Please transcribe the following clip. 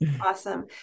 Awesome